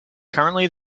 currently